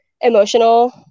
emotional